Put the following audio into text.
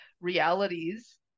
realities